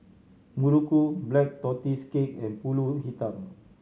muruku Black Tortoise Cake and Pulut Hitam